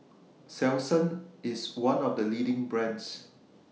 Selsun IS one of The leading brands